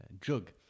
jug